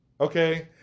okay